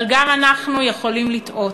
אבל גם אנחנו יכולים לטעות,